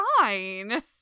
fine